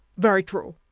very true,